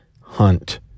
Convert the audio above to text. Hunt